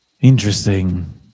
interesting